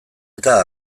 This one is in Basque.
eta